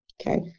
Okay